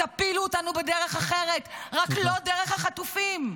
תפילו אותנו בדרך אחרת, רק לא דרך החטופים.